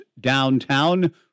downtown